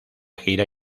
gira